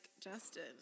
Justin